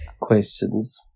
questions